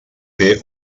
fer